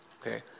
okay